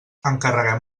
encarreguem